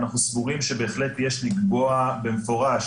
ואנחנו סבורים שבהחלט יש לקבוע במפורש